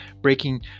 breaking